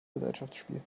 gesellschaftsspiel